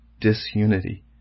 disunity